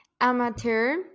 Amateur